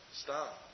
stop